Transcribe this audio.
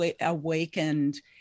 awakened